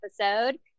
episode